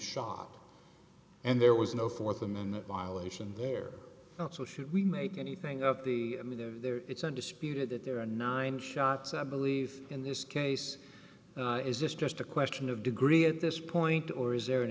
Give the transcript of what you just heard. shot and there was no th amendment violation there so should we make anything of the i mean there it's undisputed that there are nine shots i believe in this case is this just a question of degree at this point or is there an